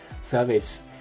service